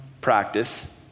practice